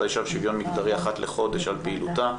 האישה ושוויון מגדרי אחת לחודש על פעילותה.